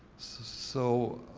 so,